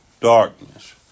darkness